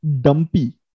dumpy